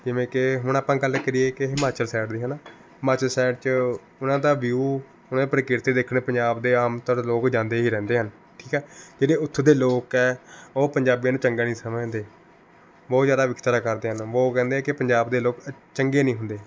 ਜਿਵੇਂ ਕਿ ਹੁਣ ਆਪਾਂ ਗੱਲ ਕਰੀਏ ਕਿ ਹਿਮਾਚਲ ਸਾਇਡ ਦੀ ਹੈ ਨਾ ਹਿਮਾਚਲ ਸਾਇਡ 'ਚ ਉਨ੍ਹਾਂ ਦਾ ਵਿਊ ਉਨ੍ਹਾਂ ਦੀ ਪ੍ਰਕਿਰਤੀ ਦੇਖਣ ਪੰਜਾਬ ਦੇ ਆਮ ਤੌਰ 'ਤੇ ਲੋਕ ਜਾਂਦੇ ਹੀ ਰਹਿੰਦੇ ਹਨ ਠੀਕ ਹੈ ਜਿਹੜੇ ਉੱਥੋਂ ਦੇ ਲੋਕ ਹੈ ਉਹ ਪੰਜਾਬੀਆਂ ਨੂੰ ਚੰਗਾ ਨਹੀਂ ਸਮਝਦੇ ਬਹੁਤ ਜ਼ਿਆਦਾ ਵਿਤਕਰਾ ਕਰਦੇ ਹਨ ਉਹ ਕਹਿੰਦੇ ਏ ਕਿ ਪੰਜਾਬ ਦੇ ਲੋਕ ਅ ਚੰਗੇ ਨਹੀਂ ਹੁੰਦੇ